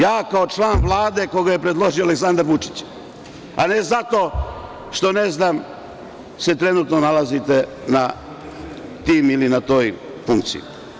Ja kao član Vlade, koga je predložio Aleksandar Vučić, a ne zato što, ne znam, se trenutno nalazite na tim, ili na toj funkciji.